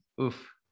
Oof